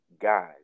guys